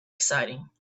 exciting